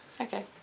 okay